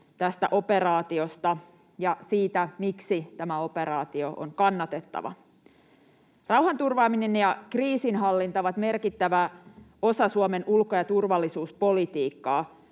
tästä operaatiosta ja siitä, miksi tämä operaatio on kannatettava. Rauhanturvaaminen ja kriisinhallinta ovat merkittävä osa Suomen ulko- ja turvallisuuspolitiikkaa.